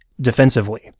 defensively